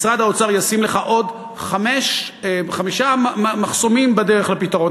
משרד האוצר ישים לך עוד חמישה מחסומים בדרך לפתרון,